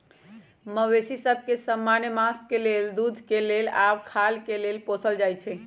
मवेशि सभ के समान्य मास के लेल, दूध के लेल आऽ खाल के लेल पोसल जाइ छइ